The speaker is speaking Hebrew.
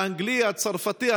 האנגלי, הצרפתי,